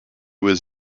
was